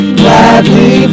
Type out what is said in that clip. gladly